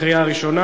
עברה בקריאה ראשונה